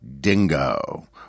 Dingo